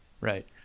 Right